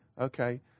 okay